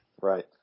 right